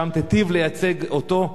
שם תיטיב לייצג אותו,